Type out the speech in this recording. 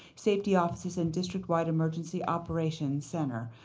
safety offices and districtwide emergency operations center.